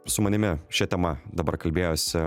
su manimi šia tema dabar kalbėjosi